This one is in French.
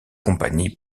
compagnie